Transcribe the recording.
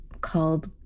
called